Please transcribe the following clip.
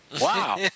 Wow